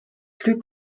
plus